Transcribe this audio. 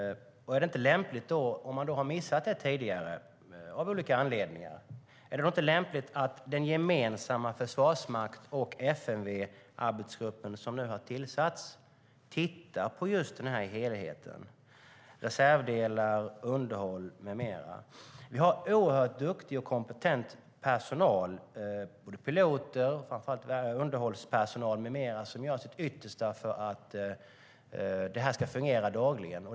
Och om man av olika anledningar har missat detta tidigare - är det då inte lämpligt att den gemensamma försvarsmakts och FMV-arbetsgrupp som nu har tillsatts tittar på just denna helhet? Det handlar om reservdelar, underhåll med mera. Vi har oerhört duktig och kompetent personal - både piloter och framför allt underhållspersonal med flera - som gör sitt yttersta för att detta ska fungera dagligen.